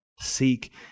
Seek